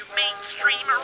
mainstream